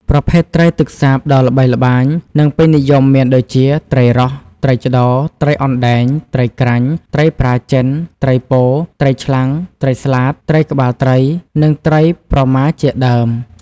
ប្រភេទត្រីទឹកសាបដ៏ល្បីល្បាញ និងពេញនិយមមានដូចជា ត្រីរ៉ស់ ត្រីឆ្ដោ ត្រីអណ្ដែង ត្រីក្រាញ់ ត្រីប្រាចិន ត្រីពោ ត្រីឆ្លាំង ត្រីស្លាត ត្រីក្បាលត្រី និងត្រីប្រម៉ាជាដើម។